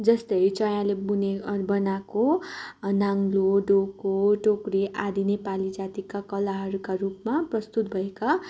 जस्तै चोयाले बुनेर बनाएको नाङ्लो डोको टोक्री आदि नेपाली जातिका कलाहरूका रूपमा प्रस्तुत भएका